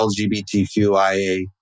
LGBTQIA